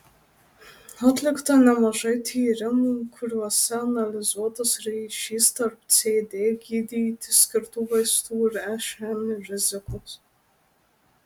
atlikta nemažai tyrimų kuriuose analizuotas ryšys tarp cd gydyti skirtų vaistų ir šn rizikos